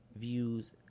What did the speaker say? views